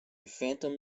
phantom